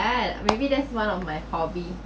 and maybe that's one of my hobby